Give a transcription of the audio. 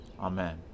Amen